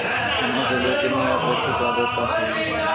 चना के लिए कितनी आपेक्षिक आद्रता चाहिए?